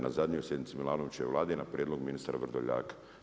Na zadnjoj sjednici Milanovićeve Vlade i na prijedlog ministra Vrdoljaka.